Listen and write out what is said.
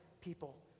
people